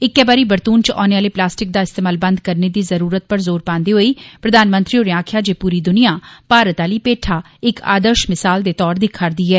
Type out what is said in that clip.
इक्कै बारी बरतून च औने आले प्लास्टिक दा इस्तेमाल बंद करने दी जरूरत पर जोर पांदे होई प्रघानमंत्री होरें आक्खेआ जे पूरी दुनिया भारत आली पेठा इक आदर्श मिसाल दे तौर दिक्खा'रदी ऐ